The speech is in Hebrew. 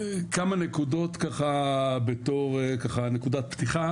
כמה נקודות ככה בתור נקודת פתיחה,